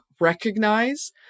recognize